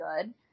good